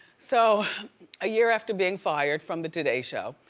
so a year after being fired from the today show,